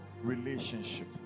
Relationship